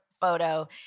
photo